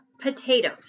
potatoes